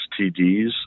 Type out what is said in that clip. STDs